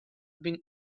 been